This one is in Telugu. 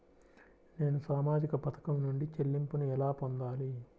నేను సామాజిక పథకం నుండి చెల్లింపును ఎలా పొందాలి?